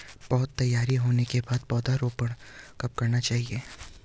पौध तैयार होने के बाद पौधा रोपण कब करना चाहिए?